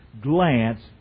glance